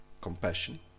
compassion